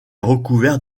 recouvert